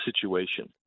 situation